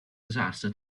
disaster